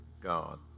God